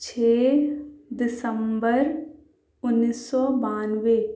چھ دسمبر اُنیس سو بانوے